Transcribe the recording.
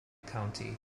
county